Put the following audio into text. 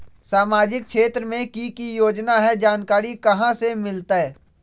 सामाजिक क्षेत्र मे कि की योजना है जानकारी कहाँ से मिलतै?